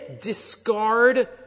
discard